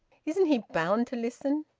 isn't he bound to listen?